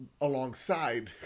alongside